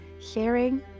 sharing